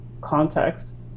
context